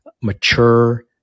mature